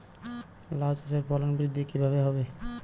লাউ চাষের ফলন বৃদ্ধি কিভাবে হবে?